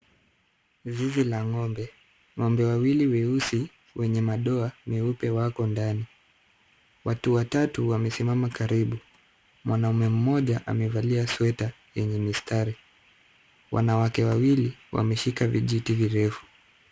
Zizi la ng'ombe. Ng'ombe wawili weusi wenye madoa meupe wako ndani. Watu watatu wamesimama karibu. Mwanamume mmoja amevalia sweta yenye mistari. Wanawake wawili wameshika vijiti virefu.